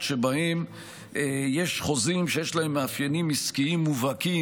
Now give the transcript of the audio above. שבהם יש חוזים שיש להם מאפיינים עסקיים מובהקים,